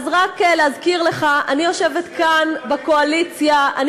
זה עדיף מאשר להיות באולפני טלוויזיה ולהגיע לפה.